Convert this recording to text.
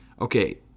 Okay